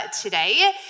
today